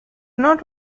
not